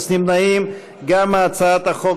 אני קובע כי הצעת החוק